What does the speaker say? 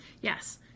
Yes